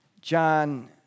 John